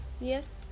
Yes